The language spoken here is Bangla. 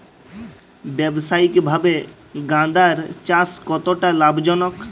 ব্যবসায়িকভাবে গাঁদার চাষ কতটা লাভজনক?